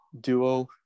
duo